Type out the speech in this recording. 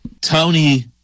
Tony